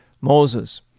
Moses